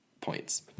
points